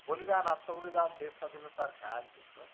বলিদান আত্মবলিদান দেশ স্বাধীনতার কাজ এসব